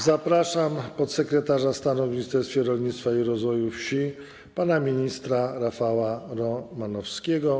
Zapraszam podsekretarza stanu w Ministerstwie Rolnictwa i Rozwoju Wsi pana ministra Rafała Romanowskiego.